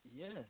Yes